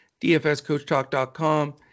dfscoachtalk.com